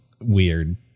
weird